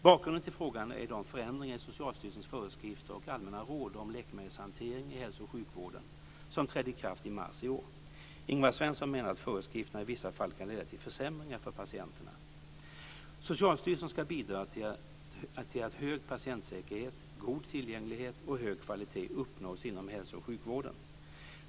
Bakgrunden till frågan är de förändringar i Socialstyrelsens föreskrifter och allmänna råd om läkemedelshantering i hälso och sjukvården som trädde i kraft i mars i år. Ingvar Svensson menar att föreskrifterna i vissa fall kan leda till försämringar för patienterna. Socialstyrelsen ska bidra till att hög patientsäkerhet, god tillgänglighet och hög kvalitet uppnås inom hälso och sjukvården.